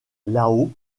lao